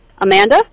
Amanda